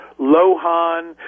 lohan